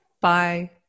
Bye